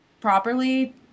properly